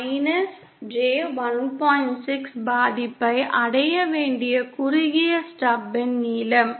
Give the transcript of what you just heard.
6 பாதிப்பை அடைய வேண்டிய குறுகிய ஸ்டப்பின் நீளம்